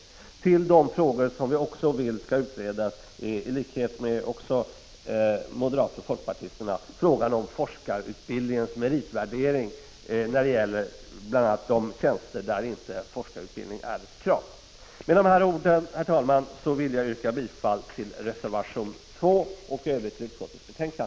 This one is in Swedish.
I likhet med moderater och folkpartister anser vi att till de frågor som också skall utredas hör frågan om forskarutbildningens meritvärdering när det gäller bl.a. de tjänster där inte forskarutbildning är ett krav. Med dessa ord, herr talman, vill jag yrka bifall till reservation 2 och i övrigt till utskottets hemställan.